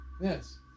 Yes